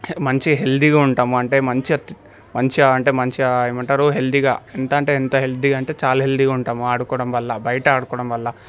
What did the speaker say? మంచి హెల్దీగా ఉంటాము అంటే మంచిగా మంచిగా అంటే మంచిగా ఏమంటారు హెల్దీగా ఎంత అంటే ఎంత హెల్దీగా చాలా హేల్దీగా ఉంటాము ఆడుకోవడం వల్ల బయట ఆడుకోవడం వల్ల